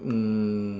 mm